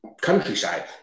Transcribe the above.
countryside